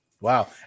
Wow